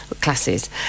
classes